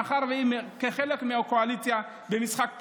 מאחר שהיא חלק מהקואליציה במשחק פוליטי,